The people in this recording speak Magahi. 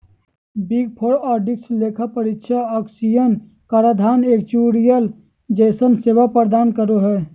बिग फोर ऑडिटर्स लेखा परीक्षा आश्वाशन कराधान एक्चुरिअल जइसन सेवा प्रदान करो हय